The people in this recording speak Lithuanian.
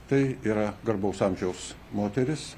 tai yra garbaus amžiaus moteris